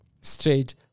straight